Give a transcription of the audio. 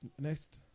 Next